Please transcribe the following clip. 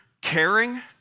caring